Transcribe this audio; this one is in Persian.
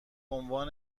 عنوان